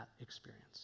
experience